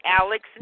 Alex